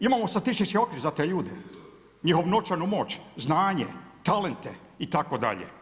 Imamo statistički okvir za te ljude, njihovu novčanu moć, znanje, talente itd.